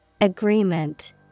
Agreement